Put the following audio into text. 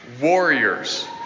warriors